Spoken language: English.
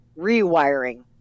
rewiring